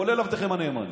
כולל עבדכם הנאמן.